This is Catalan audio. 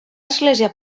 església